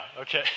okay